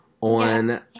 on